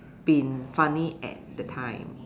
been funny at that time